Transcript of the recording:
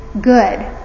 good